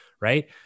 Right